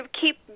keep